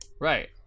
Right